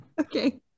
Okay